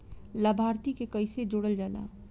लभार्थी के कइसे जोड़ल जाला?